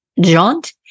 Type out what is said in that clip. jaunt